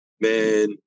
man